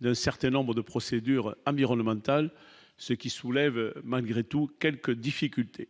d'un certains nombres de procédure environnementale, ce qui soulève malgré tout quelques difficultés,